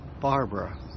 Barbara